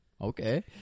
Okay